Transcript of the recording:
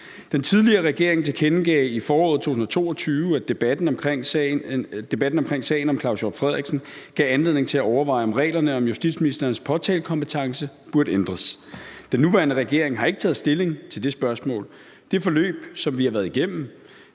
Den tidligere regering tilkendegav i foråret 2022, at debatten omkring sagen om Claus Hjort Frederiksen gav anledning til at overveje, om reglerne om justitsministerens påtalekompetence burde ændres. Den nuværende regering har ikke taget stilling til det spørgsmål. Det forløb, som vi har været igennem,